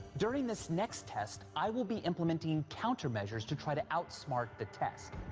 during this next test, i will be implementing countermeasures to try to outsmart the test.